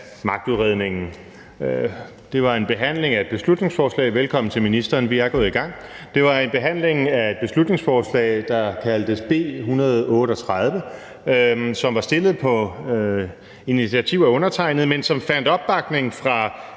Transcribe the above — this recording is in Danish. Det var en behandling af et beslutningsforslag – og velkommen til ministeren, vi er gået i gang – der kaldtes B 138, og som var fremsat på initiativ af undertegnede, men som fandt opbakning fra